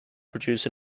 produce